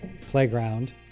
Playground